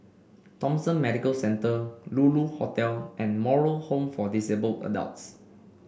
Thomson Medical Centre Lulu Hotel and Moral Home for Disabled Adults